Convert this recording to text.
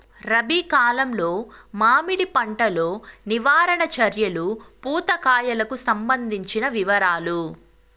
రబి కాలంలో మామిడి పంట లో నివారణ చర్యలు పూత కాయలకు సంబంధించిన వివరాలు?